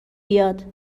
بیاد